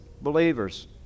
believers